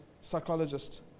psychologist